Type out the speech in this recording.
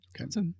Okay